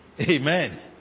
Amen